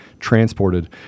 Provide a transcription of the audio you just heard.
transported